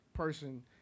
person